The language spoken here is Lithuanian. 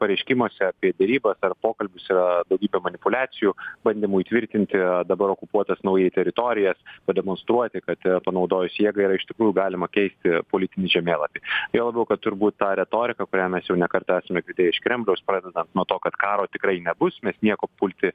pareiškimuose apie derybas ar pokalbius yra daugybė manipuliacijų bandymų įtvirtinti dabar okupuotas naujai teritorijas pademonstruoti kad panaudojus jėgą yra iš tikrųjų galima keisti politinį žemėlapį juo labiau kad turbūt tą retoriką kurią mes jau ne kartą esame girdėję iš kremliaus pradedant nuo to kad karo tikrai nebus mes nieko pulti